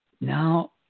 Now